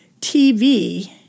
TV